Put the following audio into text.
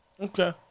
Okay